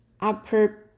upper